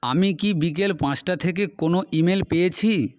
আমি কি বিকেল পাঁচটা থেকে কোনও ইমেল পেয়েছি